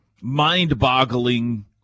mind-boggling